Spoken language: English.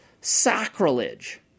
sacrilege